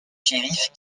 shérif